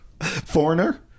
Foreigner